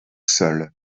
seuls